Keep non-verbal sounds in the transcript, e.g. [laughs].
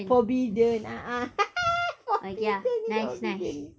forbidden a'ah [laughs] forbidden jadi obedient